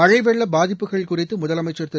மழை வெள்ள பாதிப்புகள் குறித்து முதலமைச்சர் திரு